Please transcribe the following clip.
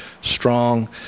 strong